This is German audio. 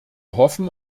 hoffen